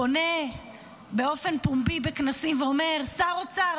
פונה באופן פומבי בכנסים ואומר: שר האוצר,